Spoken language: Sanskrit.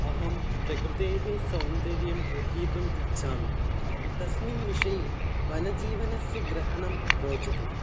अहं प्रकृतेः सौन्दर्यं गृहीतुम् इच्छामि तस्मिन् विषये वनजीवनस्य ग्रहणं रोचते